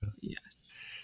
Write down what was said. Yes